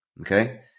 Okay